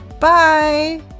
Bye